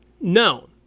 No